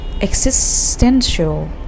existential